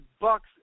Bucks